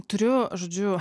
turiu žodžiu